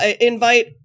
invite